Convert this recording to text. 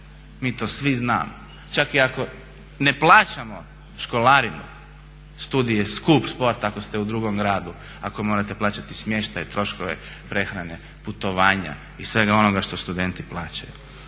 mi to svi znamo. čak i ako ne plaćamo školarinu studij je skup sport ako ste u drugom gradu, ako morate plaćati smještaj, troškove prehrane, putovanja i svega onoga što studenti plaćaju.